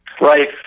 Right